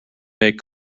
make